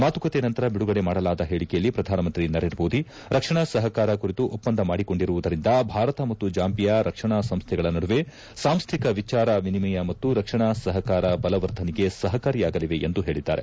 ಮಾತುಕತೆ ನಂತರ ಬಿಡುಗಡೆ ಮಾಡಲಾದ ಹೇಳಿಕೆಯಲ್ಲಿ ಪ್ರಧಾನಮಂತ್ರಿ ನರೇಂದ್ರ ಮೋದಿ ರಕ್ಷಣಾ ಸಹಕಾರ ಕುರಿತು ಒಪ್ಪಂದ ಮಾಡಿಕೊಂಡಿರುವುದರಿಂದ ಭಾರತ ಮತ್ತು ಜಾಂಬಿಯಾ ರಕ್ಷಣಾ ಸಂಸ್ಥೆಗಳ ನಡುವೆ ಸಾಂಸ್ಥಿಕ ವಿಚಾರ ವಿನಿಮಯ ಮತ್ತು ರಕ್ಷಣಾ ಸಹಕಾರ ಬಲವರ್ಧನೆಗೆ ಸಹಕಾರಿಯಾಗಲಿವೆ ಎಂದು ಹೇಳಿದ್ದಾರೆ